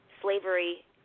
slavery